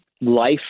life